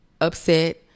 upset